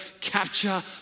capture